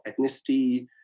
ethnicity